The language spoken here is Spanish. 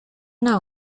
una